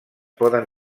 poden